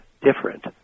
different